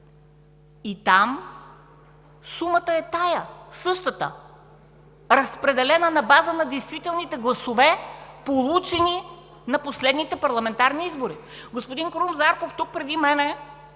Там сумата е тази – същата, разпределена на база на действителните гласове, получени на последните парламентарни избори. Господин Крум Зарков тук преди мен